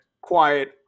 quiet